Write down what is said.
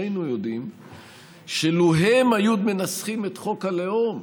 שנינו יודעים שלו הם היו מנסחים את חוק הלאום,